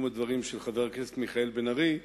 הדברים של חבר הכנסת מיכאל בן-ארי,